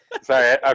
Sorry